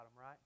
right